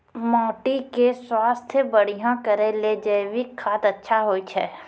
माटी के स्वास्थ्य बढ़िया करै ले जैविक खाद अच्छा होय छै?